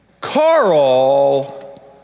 Carl